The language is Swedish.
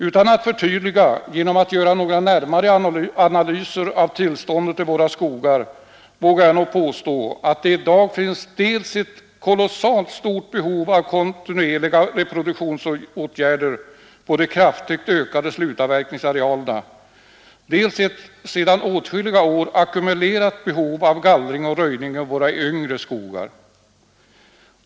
Utan att förtydliga genom att göra några närmare analyser av tillståndet i våra skogar vågar jag påstå, att det i dag finns dels ett stort behov av kontinuerliga reproduktionsåtgärder på de kraftigt ökande slutavverkningsarealerna, dels ett sedan åtskilliga år ackumulerat behov av gallring och röjning i våra yngre skogar.